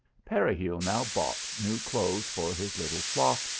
peregil now bought new clothes for his little flock,